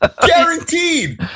Guaranteed